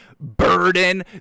Burden